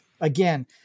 again